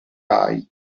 hai